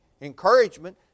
encouragement